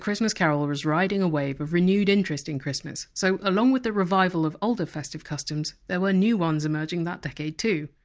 christmas carol was riding a wave of renewed interest in christmas, so along with the revival of older festive customs, there were new ones emerging that decade too.